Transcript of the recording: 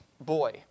boy